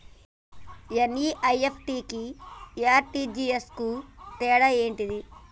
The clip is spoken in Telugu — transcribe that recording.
ఎన్.ఇ.ఎఫ్.టి కి ఆర్.టి.జి.ఎస్ కు తేడా ఏంటిది?